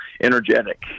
energetic